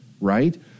right